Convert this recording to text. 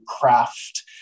craft